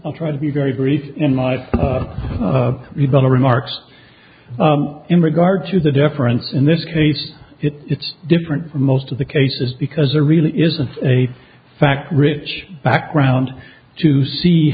i'll try to be very brief in my rebuttal remarks in regard to the difference in this case it's different from most of the cases because there really isn't a fact rich background to see